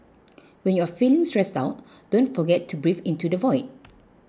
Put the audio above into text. when you are feeling stressed out don't forget to breathe into the void